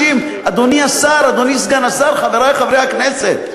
אדוני השר, אדוני סגן השר, חברי חברי הכנסת,